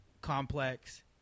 Complex